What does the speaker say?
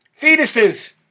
fetuses